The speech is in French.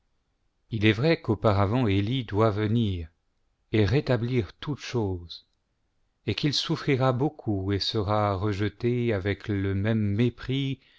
il est vrai qu'auparavant elie doit venir et rétablir toutes choses et qu'il souffrira beaucoup et sera rejeté avec le même mépris